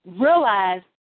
realize